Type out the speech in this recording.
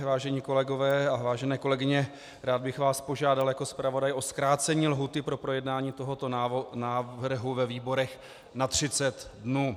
Vážení kolegové a vážené kolegyně, rád bych vás požádal jako zpravodaj o zkrácení lhůty pro projednání tohoto návrhu ve výborech na 30 dnů.